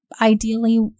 ideally